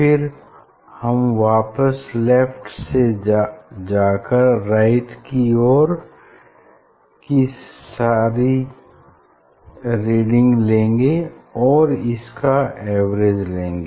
फिर हम वापस लेफ्ट में जाकर राइट की ओर की फिर सारी रीडिंग लेंगे और इनका एवरेज लेंगे